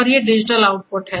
और ये digital output हैं